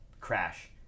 crash